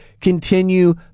continue